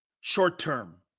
short-term